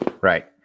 Right